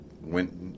went